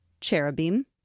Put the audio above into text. Cherubim